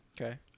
Okay